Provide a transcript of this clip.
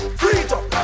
freedom